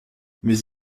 mais